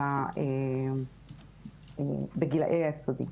בגילאי היסודי.